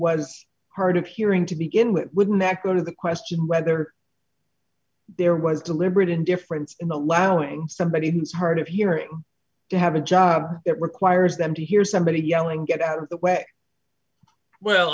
was hard of hearing to begin with wouldn't that go to the question whether there was deliberate indifference in the lab going somebody who is hard of hearing to have a job that requires them to hear somebody yelling get out of the way well